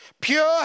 Pure